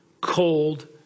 cold